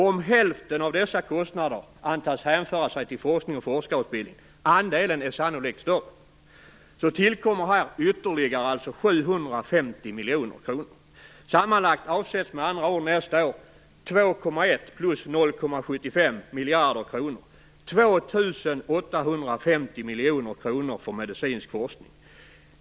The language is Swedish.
Om hälften av dessa kostnader antas hänföra sig till forskning och forskarutbildning - andelen är sannolikt större - tillkommer här således ytterligare Sammantaget avsätts med andra ord nästa år 2,1 för medicinsk forskning.